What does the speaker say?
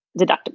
deductible